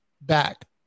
back